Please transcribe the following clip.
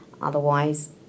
Otherwise